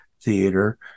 theater